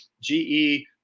GE